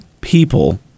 people